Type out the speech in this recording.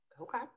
Okay